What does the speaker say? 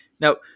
now